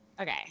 Okay